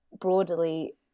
broadly